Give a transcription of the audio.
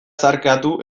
zeharkatu